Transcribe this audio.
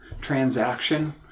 transaction